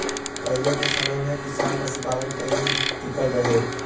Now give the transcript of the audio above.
पहिले के समय में किसान पशुपालन पे ही टिकल रहे